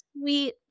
sweet